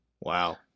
Wow